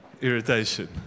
irritation